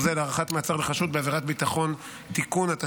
זיהוי ביומטריים במסמכי זיהוי ובמאגר מידע (תיקון מס'